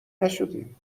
نشدیم